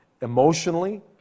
emotionally